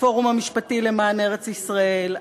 הפורום המשפטי למען ארץ-ישראל,